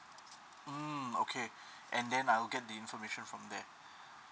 mm okay and then I'll get information from there